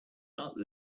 aunt